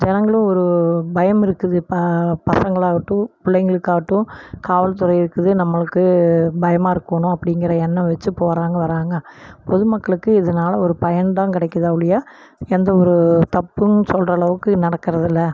ஜனங்களும் ஒரு பயம் இருக்குது இப்போ பசங்களாகட்டும் பிள்ளைங்களுக்காகட்டும் காவல்துறை இருக்குது நம்மளுக்கு பயமாக இருக்கணும் அப்படிங்கிற எண்ணம் வச்சி போகிறாங்க வராங்கள் பொதுமக்களுக்கு இதனால ஒரு பயன் தான் கிடைக்கிதே ஒழிய எந்த ஒரு தப்பும் சொல்கிற அளவுக்கு நடக்கிறதில்ல